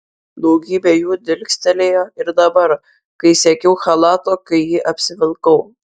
daugybė jų dilgsėjo ir dabar kai siekiau chalato kai jį apsivilkau